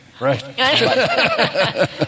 Right